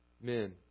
men